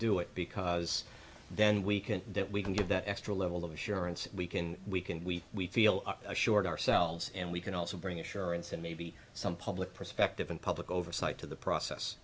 do it because then we can that we can give that extra level of assurance we can we can we we feel assured ourselves and we can also bring assurance and maybe some public perspective and public oversight to the process